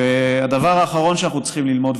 הדבר האחרון שאנחנו צריכים ללמוד,